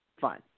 Fine